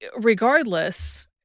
regardless